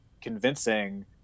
convincing